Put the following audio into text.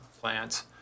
plants